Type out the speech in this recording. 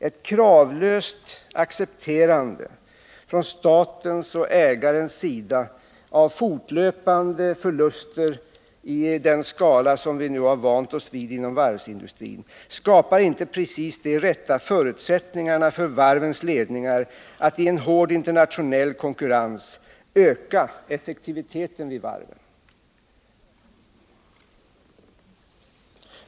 Ett kravlöst accepterande från statens och ägarens sida av fortlöpande förluster i den skala som vi nu har vant oss vid inom varvsindustrin skapar inte precis de rätta förutsättningarna för varvens ledningar att i en hård internationell konkurrens öka effektiviteten vid varven.